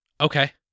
Okay